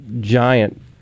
giant